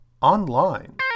online